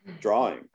drawing